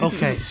Okay